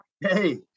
Hey